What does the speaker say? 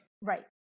Right